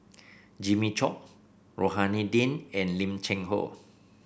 Jimmy Chok Rohani Din and Lim Cheng Hoe